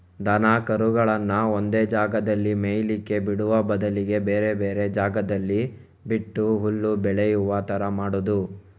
ದನ ಕರುಗಳನ್ನ ಒಂದೇ ಜಾಗದಲ್ಲಿ ಮೇಯ್ಲಿಕ್ಕೆ ಬಿಡುವ ಬದಲಿಗೆ ಬೇರೆ ಬೇರೆ ಜಾಗದಲ್ಲಿ ಬಿಟ್ಟು ಹುಲ್ಲು ಬೆಳೆಯುವ ತರ ಮಾಡುದು